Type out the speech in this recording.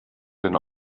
denn